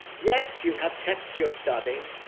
yes, you have texts you're studying,